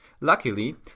Luckily